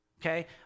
Okay